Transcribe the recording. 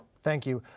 thank you.